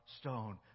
stone